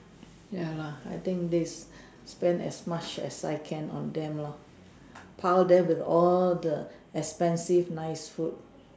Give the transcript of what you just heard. ya lah I think this spend as much as I can on them lah pile them with all the expensive nice food